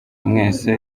mwese